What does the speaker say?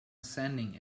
sending